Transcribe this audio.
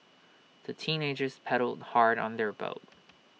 the teenagers paddled hard on their boat